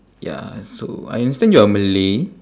ya so I understand you are malay